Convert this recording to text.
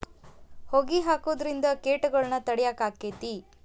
ಹೊಗಿ ಹಾಕುದ್ರಿಂದ ಕೇಟಗೊಳ್ನ ತಡಿಯಾಕ ಆಕ್ಕೆತಿ?